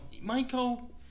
Michael